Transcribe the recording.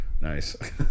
nice